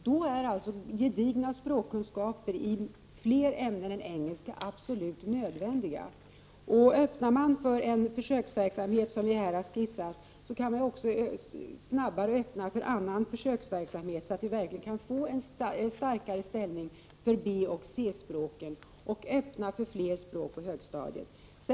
Då är gedigna kunskaper i fler språk än engelska absolut nödvändiga. Öppnar man för den försöksverksamhet som vi här skisserat, kan vi snabbare komma i gång med annan försöksverksamhet, så att vi verkligen får en starkare ställning för B och C-språken och därmed öppnar för fler språk på högstadiet.